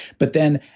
but then,